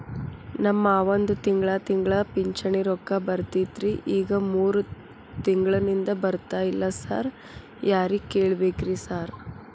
ನಮ್ ಮಾವಂದು ತಿಂಗಳಾ ತಿಂಗಳಾ ಪಿಂಚಿಣಿ ರೊಕ್ಕ ಬರ್ತಿತ್ರಿ ಈಗ ಮೂರ್ ತಿಂಗ್ಳನಿಂದ ಬರ್ತಾ ಇಲ್ಲ ಸಾರ್ ಯಾರಿಗ್ ಕೇಳ್ಬೇಕ್ರಿ ಸಾರ್?